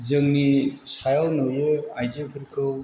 जोंनि सायाव नुयो आइजोफोरखौ